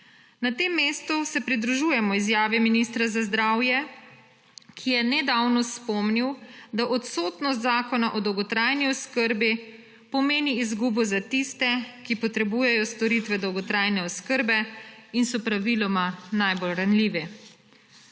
Na tem mestu se pridružujemo izjavi ministra za zdravje, ki je nedavno spomnil, da odsotnost zakona o dolgotrajni oskrbi pomeni izgubo za tiste, ki potrebujejo storitve dolgotrajne oskrbe in so praviloma najbolj ranljivi.